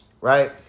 Right